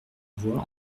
voix